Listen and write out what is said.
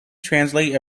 translates